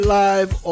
live